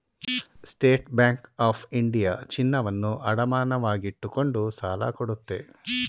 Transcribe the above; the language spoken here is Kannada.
ಸ್ಟೇಟ್ ಬ್ಯಾಂಕ್ ಆಫ್ ಇಂಡಿಯಾ ಚಿನ್ನವನ್ನು ಅಡಮಾನವಾಗಿಟ್ಟುಕೊಂಡು ಸಾಲ ಕೊಡುತ್ತೆ